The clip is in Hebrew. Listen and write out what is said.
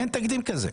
אין תקדים כזה.